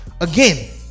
again